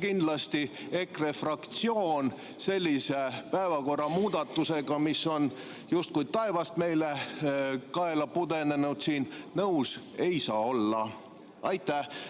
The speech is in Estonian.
Kindlasti EKRE fraktsioon sellise päevakorra muudatusega, mis on justkui taevast meile kaela pudenenud, nõus ei saa olla.